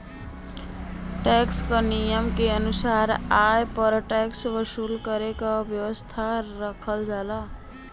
tax क नियम के अनुसार आय पर टैक्स वसूल करे क व्यवस्था रखल जाला